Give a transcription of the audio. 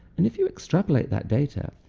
and if you extrapolate that data,